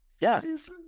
yes